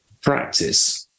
practice